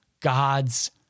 God's